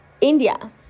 India